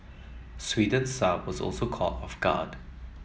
Sweden's Saab was also caught off guard